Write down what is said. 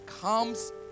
comes